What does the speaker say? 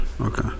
Okay